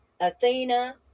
Athena